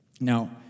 Now